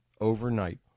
overnight